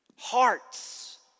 hearts